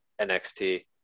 NXT